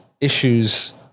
issues